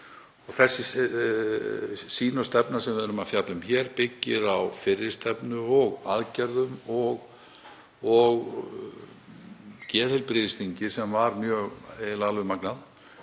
Sú sýn og stefna sem við erum að fjalla um hér byggir á fyrri stefnu og aðgerðum og geðheilbrigðisþingi sem var eiginlega alveg magnað.